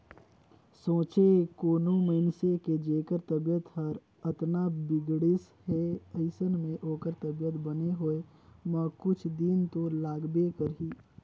सोंचे कोनो मइनसे के जेखर तबीयत हर अतना बिगड़िस हे अइसन में ओखर तबीयत बने होए म कुछ दिन तो लागबे करही